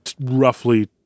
roughly